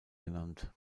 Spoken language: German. genannt